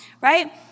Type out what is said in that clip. right